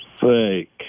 Fake